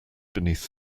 beneath